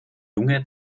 junge